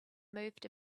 moved